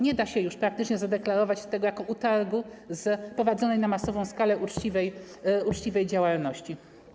Nie da się już praktycznie zadeklarować tego jako utargu z prowadzonej na masową skalę uczciwej działalności.